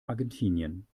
argentinien